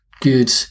Good